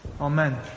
Amen